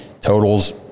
totals